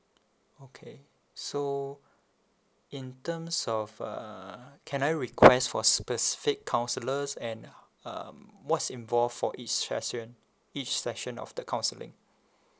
okay so in terms of uh can I request for specific counsellors and um what's involve for each session each session of the counselling